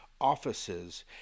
offices